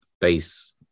base